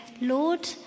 Lord